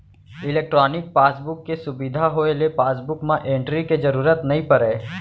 electronic passbook के सुबिधा होए ले पासबुक म एंटरी के जरूरत नइ परय